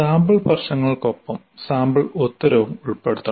sample പ്രശ്നങ്ങൾക്കൊപ്പം sample ഉത്തരവും ഉൾപ്പെടുത്തണം